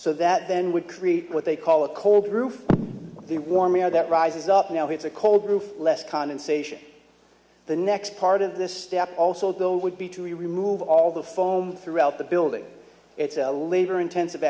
so that then would create what they call a cold roof the warm air that rises up now it's a cold roof less condensation the next part of this step also though would be to remove all the foam throughout the building it's a labor intensive